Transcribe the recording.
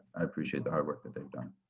i appreciate the hard work they've done.